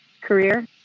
career